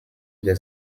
des